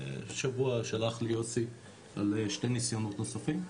השבוע שלח לי יוסי על שני נסיונות נוספים,